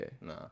Nah